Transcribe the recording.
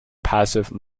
passive